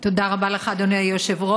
תודה רבה לך, אדוני היושב-ראש.